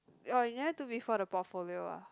oh you never do before the portfolio ah